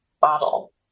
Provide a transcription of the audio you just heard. bottle